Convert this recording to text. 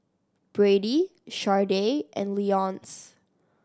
Brady Sharday and Leonce